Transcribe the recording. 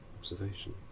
observation